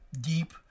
deep